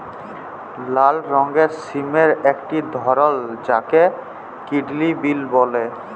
লাল রঙের সিমের একটি ধরল যাকে কিডলি বিল বল্যে